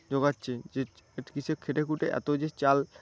যোগাচ্ছেন যে একটা কৃষক খেটেখুটে এত যে চাল